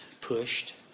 pushed